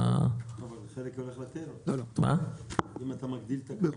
אבל חלק הולך לטבע, אם אתה מגדיל את הכמות.